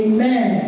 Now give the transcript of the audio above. Amen